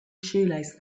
shoelace